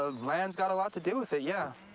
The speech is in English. ah land's got a lot to do with it, yeah.